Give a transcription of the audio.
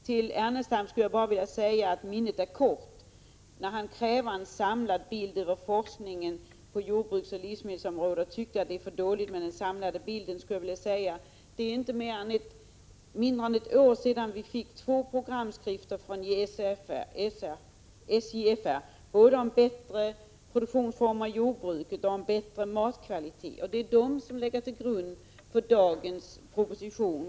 Till Lars Ernestam vill jag bara säga: Minnet är tydligen kort. Han kräver en samlad bild av forskningen på jordbruksoch livsmedelsområdet och tycker att den samlade bilden är för dålig. Men det är mindre än ett år sedan vi fick två programskrifter från SJFR. De handlade om bättre produktionsformer i jordbruket och bättre matkvalitet. Det är dessa som har legat till grund för dagens proposition.